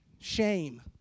Shame